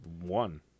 one